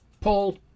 Paul